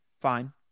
Fine